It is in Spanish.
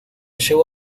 llevó